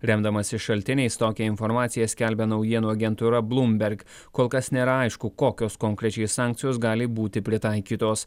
remdamasi šaltiniais tokią informaciją skelbia naujienų agentūra bloomberg kol kas nėra aišku kokios konkrečiai sankcijos gali būti pritaikytos